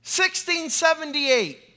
1678